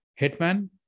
Hitman